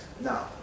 Now